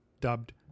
dubbed